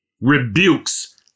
rebukes